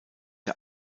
der